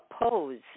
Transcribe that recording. oppose